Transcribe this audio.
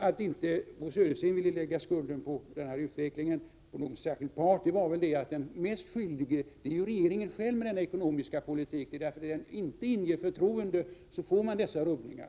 Att inte Bo Södersten ville lägga skulden för utvecklingen på någon särskild part beror väl mest på att regeringen själv är den mest skyldige på grund av den ekonomiska politik den för. Om den inte inger förtroende uppkommer dessa rubbningar.